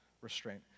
restraint